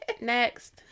Next